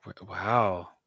Wow